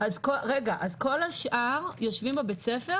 אז כל השאר יושבים בבית ספר?